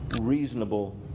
reasonable